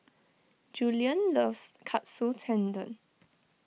Juliann loves Katsu Tendon